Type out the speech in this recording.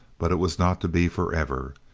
but it was not to be forever.